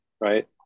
right